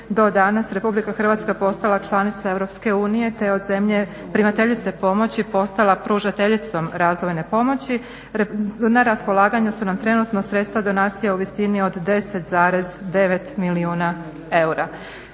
do danas Republika Hrvatska postala članica Europske unije te od zemlje primateljice pomoći postala pružateljicom razvojne pomoći, na raspolaganju su nam trenutno sredstva donacija u visini od 10,9 milijuna eura.